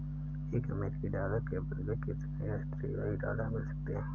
एक अमेरिकी डॉलर के बदले कितने ऑस्ट्रेलियाई डॉलर मिल सकते हैं?